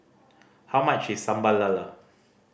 how much is Sambal Lala